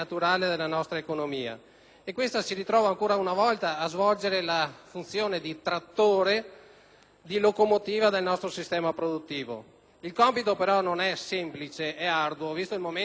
che si trova, ancora una volta, a svolgere la funzione di trattore e di locomotiva del nostro sistema produttivo. Tale compito, però, non è semplice bensì arduo, visto il momento di non particolare euforia